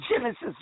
Genesis